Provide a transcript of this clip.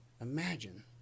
imagine